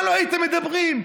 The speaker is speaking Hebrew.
מה לא הייתם אומרים?